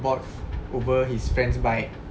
bought over his friend's bike